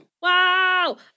Wow